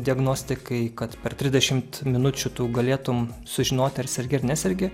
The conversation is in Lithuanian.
diagnostikai kad per trisdešimt minučių tu galėtum sužinoti ar sergi ar nesergi